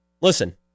Listen